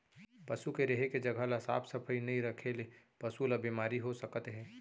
पसू के रेहे के जघा ल साफ सफई नइ रखे ले पसु ल बेमारी हो सकत हे